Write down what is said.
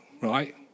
right